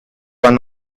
one